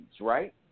right